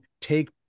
take